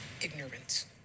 ignorance